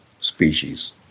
species